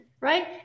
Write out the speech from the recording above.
right